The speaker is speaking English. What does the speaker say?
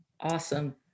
awesome